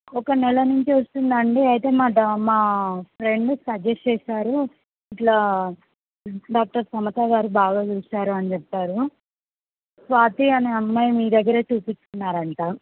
ఒక నెల నుంచి వస్తుంది అండి అయితే మా మా డా మా ఫ్రెండ్ సజెస్ట్ చేసారు ఇట్లా డాక్టర్ సమత గారు బాగా చూస్తారు అని చెప్పారు స్వాతి అనే అమ్మాయి మీ దగ్గరే చూపించుకున్నారు అంటా